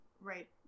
right